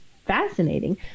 fascinating